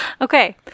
Okay